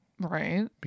right